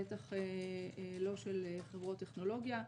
בטח לא של חברות טכנולוגיה.